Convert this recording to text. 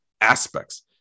aspects